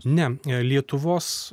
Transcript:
ne lietuvos